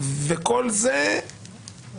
וכל זה עם